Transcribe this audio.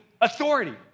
authority